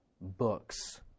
books